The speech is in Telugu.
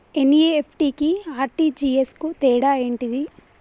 ఎన్.ఇ.ఎఫ్.టి కి ఆర్.టి.జి.ఎస్ కు తేడా ఏంటిది?